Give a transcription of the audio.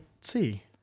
see